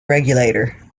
regulator